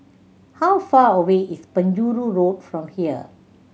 how far away is Penjuru Road from here